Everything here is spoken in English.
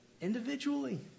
individually